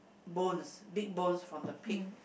bones big bones from the pig